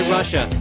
Russia